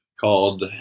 called